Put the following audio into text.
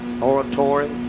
oratory